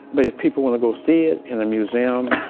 but if people want to go see it in a museum,